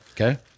Okay